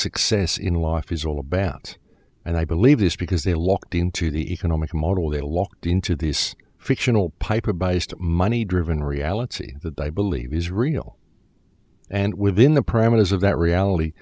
success in life is all about and i believe this because they locked into the economic model they locked into this fictional piper biased money driven reality that i believe is real and within the parameters of that reality